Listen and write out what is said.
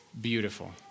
beautiful